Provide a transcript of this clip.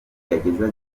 yagezaga